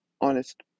honest